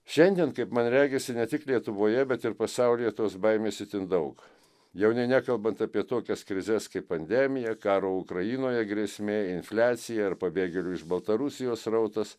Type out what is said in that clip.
šiandien kaip man regisi ir ne tik lietuvoje bet ir pasaulyje tos baimės itin daug jau nei nekalbant apie tokias krizes kaip pandemija karo ukrainoje grėsmė infliacija ir pabėgėlių iš baltarusijos srautas